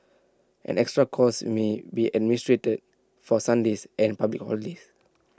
an extra cost may be administered for Sundays and public holidays